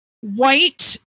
White